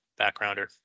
backgrounder